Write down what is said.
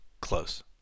close